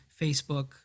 Facebook